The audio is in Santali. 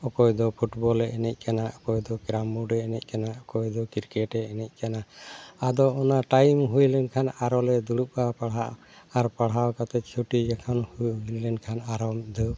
ᱚᱠᱚᱭ ᱫᱚ ᱯᱷᱩᱴᱵᱚᱞᱮ ᱮᱱᱮᱡ ᱠᱟᱱᱟ ᱚᱠᱚᱭ ᱫᱚ ᱠᱨᱟᱢᱵᱳᱰᱮ ᱮᱱᱮᱡ ᱠᱟᱱᱟ ᱚᱠᱚᱭ ᱫᱚ ᱠᱨᱤᱠᱮᱴᱮ ᱮᱱᱮᱡ ᱠᱟᱱᱟ ᱟᱫᱚ ᱚᱱᱟ ᱴᱟᱭᱤᱢ ᱦᱩᱭ ᱞᱮᱱᱠᱷᱟᱱ ᱟᱨᱚᱞᱮ ᱫᱩᱲᱩᱵᱼᱟ ᱯᱟᱲᱦᱟᱜ ᱟᱨ ᱯᱟᱲᱦᱟᱣ ᱠᱟᱛᱮ ᱪᱷᱩᱴᱤ ᱞᱮᱠᱷᱟᱱ ᱦᱩᱭ ᱞᱮᱱᱠᱷᱟᱱ ᱟᱨᱚ ᱢᱤᱫᱽᱫᱷᱟᱹᱣ